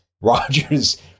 Rogers